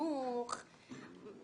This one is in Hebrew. וזה מעצבן אותי.